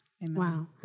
Wow